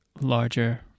larger